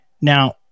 Now